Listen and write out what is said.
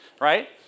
right